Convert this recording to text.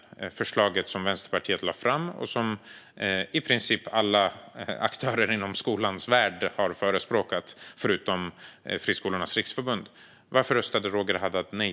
Det var ett förslag som Vänsterpartiet lade fram och som i princip alla aktörer inom skolans värld har förespråkat, förutom Friskolornas riksförbund. Varför röstade Roger Haddad nej?